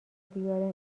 بیارین